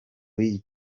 w’iyi